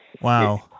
Wow